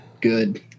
good